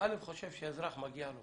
חושב שאזרח, מגיע לו